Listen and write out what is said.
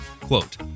Quote